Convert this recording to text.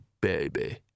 baby